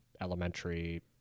elementary